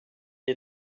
est